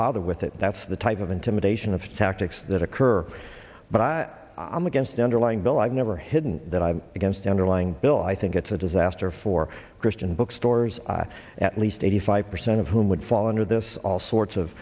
bother with it that's the type of intimidation of tactics that occur but i'm against the underlying bill i've never hidden that i'm against an underlying bill i think it's a disaster for christian bookstores at least eighty five percent of whom would fall under this all sorts of